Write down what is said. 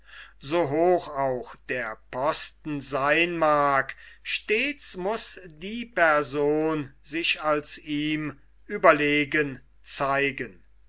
so hoch auch der posten seyn mag stets muß die person sich als ihm überlegen zeigen